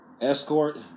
Escort